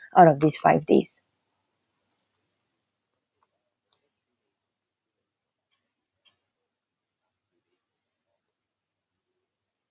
out of these five days